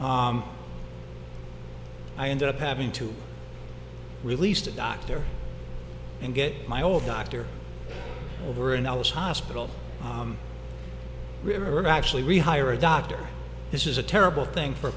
i ended up having to release the doctor and get my old doctor over and i was hospital actually rehire a doctor this is a terrible thing for a